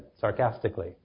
sarcastically